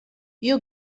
you